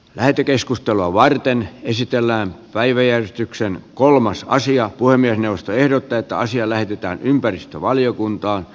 lähetekeskustelua varten esitellään päiväjärjestyksen kolmas salaisia voimia puhemiesneuvosto ehdottaa että asia lähetetään ympäristövaliokuntaan